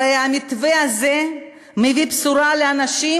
הרי המתווה הזה מביא בשורה לאנשים